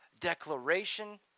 declaration